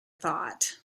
thought